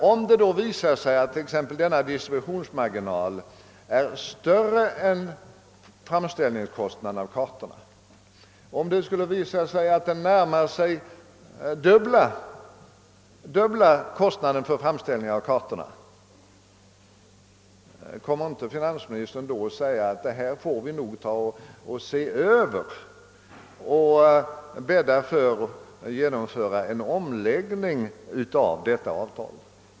Om det då visar sig exempelvis att denna distributionsmarginal är större än framställningskostnaderna för kartorna, om det skulle visa sig att den närmar sig dubbla kostnaden för framställning av kartorna, vill jag fråga: Kommer inte finansministern då att medge att detta får vi lov att se över och åstadkomma en omläggning av rådande avtal.